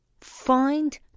find